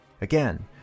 Again